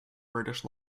british